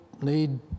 need